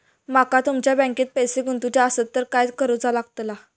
माका तुमच्या बँकेत पैसे गुंतवूचे आसत तर काय कारुचा लगतला?